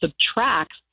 subtracts